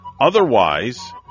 Otherwise